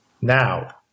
Now